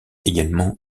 également